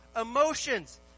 emotions